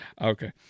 Okay